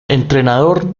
entrenador